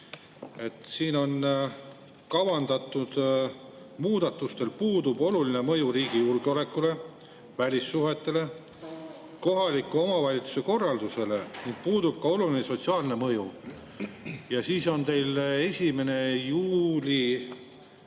Siin on: "Kavandatud muudatustel puudub oluline mõju riigi julgeolekule ja välissuhetele, kohaliku omavalitsuse korraldusele ning puudub ka oluline sotsiaalne mõju." Ja siis on teil planeeritud